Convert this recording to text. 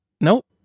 Nope